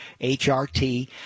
HRT